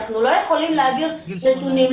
אנחנו לא יכולים להעביר נתונים,